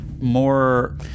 more